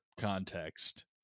context